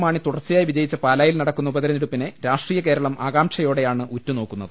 മാണി തുടർച്ചയായി വിജയിച്ച പാലായിൽ നടക്കുന്ന ഉപതിരഞ്ഞെടുപ്പിനെ രാഷ്ട്രീയകേരളം ആകാംക്ഷയോ ടെയാണ് ഉറ്റുനോക്കുന്നത്